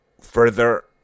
further